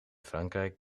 frankrijk